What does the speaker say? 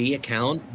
account